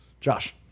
Josh